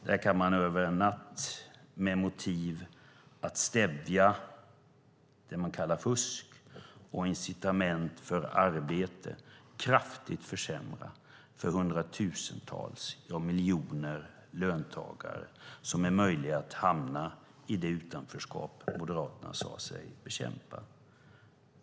Där kan man över en natt med motivet att stävja det man kallar fusk och incitament för arbete kraftigt försämra för hundratusentals eller miljoner löntagare som riskerar att hamna i det utanförskap Moderaterna sade sig bekämpa.